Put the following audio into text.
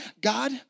God